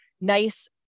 nice